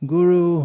Guru